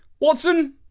Watson